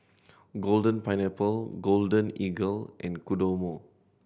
Golden Pineapple Golden Eagle and Kodomo